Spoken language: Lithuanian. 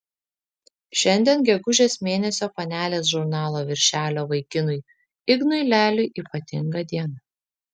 šiandien gegužės mėnesio panelės žurnalo viršelio vaikinui ignui leliui ypatinga diena